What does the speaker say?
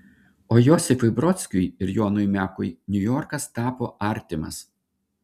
o josifui brodskiui ir jonui mekui niujorkas tapo artimas